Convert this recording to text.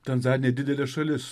tanzanija didelė šalis